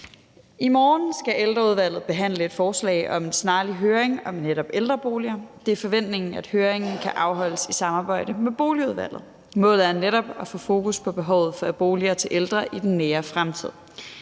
I morgen skal Ældreudvalget behandle et forslag om en snarlig høring om netop ældreboliger. Det er forventningen, at høringen kan afholdes i samarbejde med Boligudvalget. Målet er netop at få fokus på behovet for boliger til ældre i den nære fremtid.